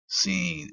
seen